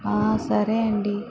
సరే అండి